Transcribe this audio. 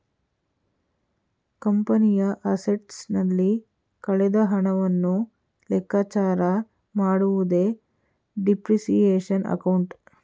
ಕಂಪನಿಯ ಅಸೆಟ್ಸ್ ನಲ್ಲಿ ಕಳೆದ ಹಣವನ್ನು ಲೆಕ್ಕಚಾರ ಮಾಡುವುದೇ ಡಿಪ್ರಿಸಿಯೇಶನ್ ಅಕೌಂಟ್